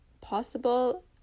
possible